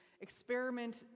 experiment